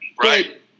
right